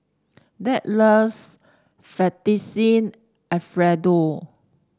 Dirk loves Fettuccine Alfredo